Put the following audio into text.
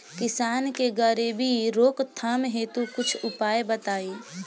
किसान के गरीबी रोकथाम हेतु कुछ उपाय बताई?